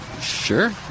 Sure